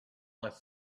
less